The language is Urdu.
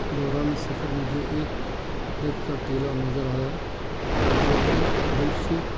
دوران سفر مجھے ایک ریت کا ٹیلہ نظر آیا جو کہ دور سے